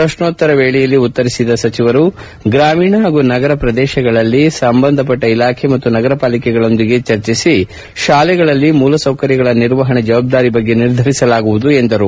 ಪ್ರಶ್ನೋತ್ತರ ವೇಳೆಯಲ್ಲಿ ಉತ್ತರಿಸಿದ ಅವರು ಗ್ರಾಮೀಣ ಹಾಗೂ ನಗರ ಪ್ರದೇಶಗಳಲ್ಲಿ ಸಂಬಂಧಪಟ್ಟ ಇಲಾಖೆ ಮತ್ತು ನಗರಪಾಲಿಕೆಗಳೊಂದಿಗೆ ಚರ್ಚಿಸಿ ಶಾಲೆಗಳಲ್ಲಿ ಮೂಲಸೌಕರ್ಯಗಳ ನಿರ್ವಹಣೆ ಜವಾಬ್ದಾರಿ ಬಗ್ಗೆ ನಿರ್ಧರಿಸಲಾಗುವುದು ಎಂದು ಹೇಳಿದರು